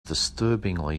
disturbingly